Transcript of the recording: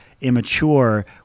immature